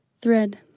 Thread